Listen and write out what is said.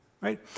right